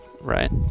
Right